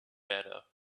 better